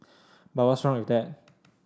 but what's wrong with that